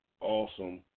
Awesome